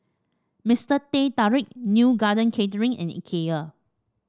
Mister Teh Tarik Neo Garden Catering and Ikea